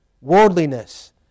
worldliness